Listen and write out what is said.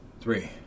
Three